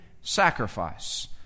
sacrifice